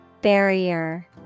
Barrier